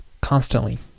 constantly